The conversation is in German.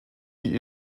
die